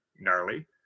gnarly